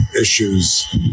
issues